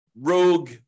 rogue